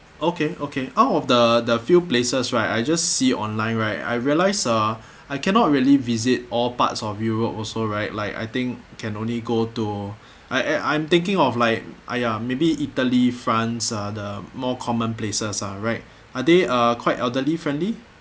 okay okay out of the the few places right I just see online right I realise uh I cannot really visit all parts of europe also right like I think can only go to I I'm thinking of like !aiya! maybe italy france uh the more common places ah right are they uh quite elderly friendly